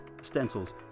stencils